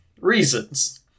reasons